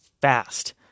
fast